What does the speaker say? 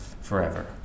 forever